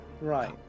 Right